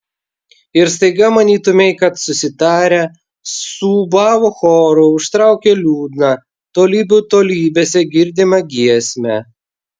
ir staiga manytumei kad susitarę suūbavo choru užtraukė liūdną tolybių tolybėse girdimą giesmę